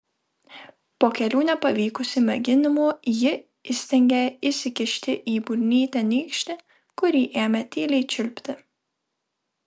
po kelių nepavykusių mėginimų ji įstengė įsikišti į burnytę nykštį kurį ėmė tyliai čiulpti